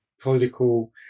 political